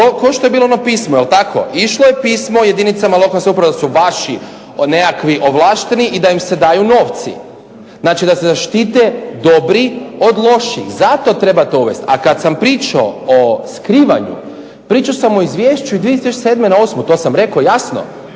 kao što je bilo ono pismo. Jel' tako? Išlo je pismo jedinicama lokalne samouprave, odnosno vaši nekakvi ovlašteni i da im se daju novci. Znači da se zaštite dobri od loših. Zato treba to uvesti. A kad sam pričao o skrivanju, pričao sam o izvješću i 2007. na 2008., to sam rekao jasno,